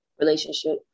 Relationship